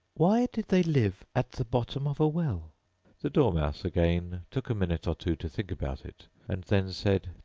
why did they live at the bottom of a well the dormouse again took a minute or two to think about it, and then said,